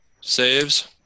saves